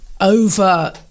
over